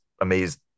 amazed